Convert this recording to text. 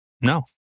no